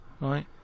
right